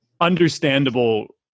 understandable